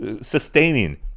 sustaining